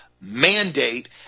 mandate